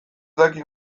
dakit